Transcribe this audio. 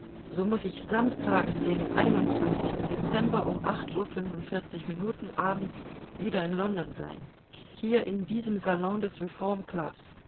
so muß ich samstags den dezember um acht uhr fünfundvierzig minuten abends wieder in london sein hier in diesem salon des